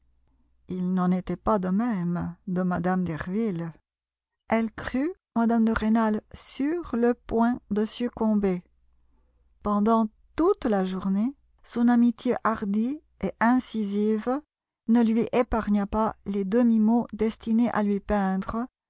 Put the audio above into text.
il n'en était pas de même de mme derville elle crut mme de rênal sur le point de succomber pendant toute la journée son amitié hardie et incisive ne lui épargna pas les demi-mots destinés à lui peindre